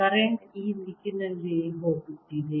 current ಈ ದಿಕ್ಕಿನಲ್ಲಿ ಹೋಗುತ್ತಿದೆ